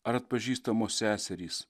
ar atpažįstamos seserys